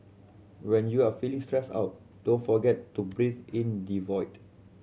when you are feeling stressed out don't forget to breathe in the void